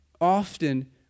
Often